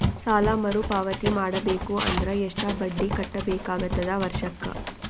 ಸಾಲಾ ಮರು ಪಾವತಿ ಮಾಡಬೇಕು ಅಂದ್ರ ಎಷ್ಟ ಬಡ್ಡಿ ಕಟ್ಟಬೇಕಾಗತದ ವರ್ಷಕ್ಕ?